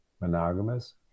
monogamous